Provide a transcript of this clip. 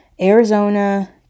Arizona